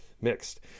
mixed